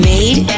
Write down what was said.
Made